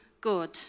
good